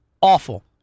awful